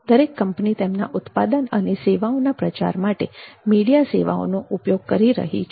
દરેક કંપની તેમના ઉત્પાદન અને સેવાઓના પ્રચાર માટે મીડિયા સેવાઓનો ઉપયોગ કરી રહી છે